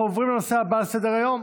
אנחנו עוברים לנושא הבא על סדר-היום,